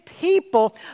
people